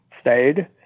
stayed